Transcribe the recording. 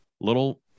little